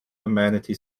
amenity